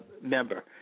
member